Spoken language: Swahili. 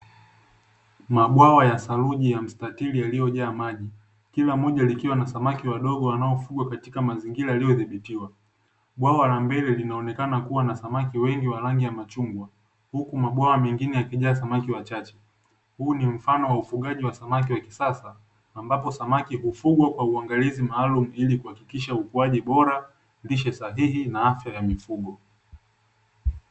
Mabwawa ya saruji ya mstatili yaliyojaa maji. Kila moja likiwa na samaki wadogo wanaofugwa katika mazingira yaliyodhibitiwa. Bwawa la mbele linaonekana kuwa na samaki wengi wa rangi ya machungwa, huku mabwawa mengine yakijaa samaki wachache. Huu ni mfano wa ufugaji wa samaki wa kisasa, ambapo samaki hufugwa kwa uangalizi maalumu ili kuhakikisha ukuaji bora, lishe sahihi, na afya ya mifugo.